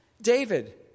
David